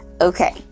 Okay